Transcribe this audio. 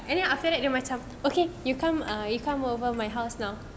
and then after that dia macam okay you come you come over my house now